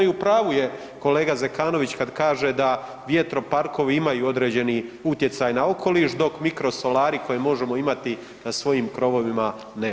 I u pravu je kolege Zekanović kad kaže vjetroparkovi imaju određeni utjecaj na okoliš dok mikrosolari koje možemo imati na svojim krovovima nemaju.